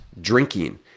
drinking